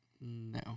No